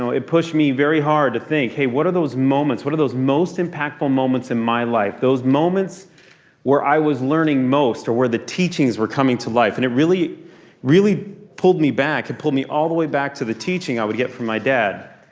so it pushed me very hard to think what are those moments? what are those most impactful moments in my life? those moments where i was learning most or where the teachings were coming to life. and it really really pulled me back. it pulled me all the way back to the teaching i would get from my dad,